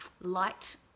light